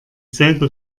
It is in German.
selbe